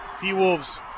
T-Wolves